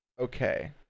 okay